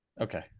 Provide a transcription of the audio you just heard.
Okay